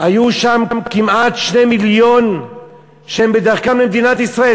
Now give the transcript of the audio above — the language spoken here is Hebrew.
היו שם כמעט 2 מיליון בדרכם למדינת ישראל,